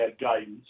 guidance